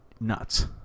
nuts